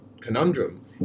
conundrum